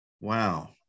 Wow